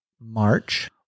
March